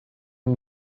and